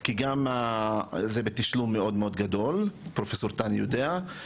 כי גם זה בתשלום מאוד גדול, פרופ' טנה יודע.